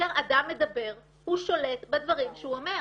שכאשר אדם מדבר הוא שולט בדברים שהוא אומר.